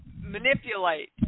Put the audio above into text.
manipulate